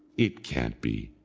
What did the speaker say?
it can't be,